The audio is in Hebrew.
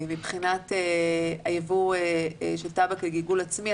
מבחינת הייבוא של טבק לגילגול עצמי,